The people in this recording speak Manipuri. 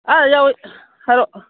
ꯑꯥ ꯌꯥꯎꯏ ꯍꯥꯏꯔꯛꯑꯣ